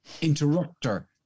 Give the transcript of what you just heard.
interrupter